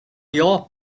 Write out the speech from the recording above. you